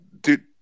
Dude